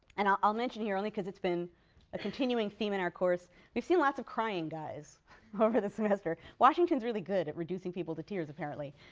and i'll i'll mention here only because it's been a continuing theme in our course we've seen lots of crying guys over the semester. washington's really good at reducing people to tears apparently.